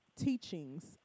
teachings